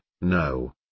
no